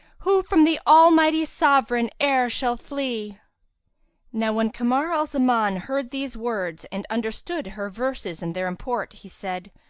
who from the almighty sovereign e'er shall flee now when kamar al-zaman, heard these words and understood her verses and their import, he said,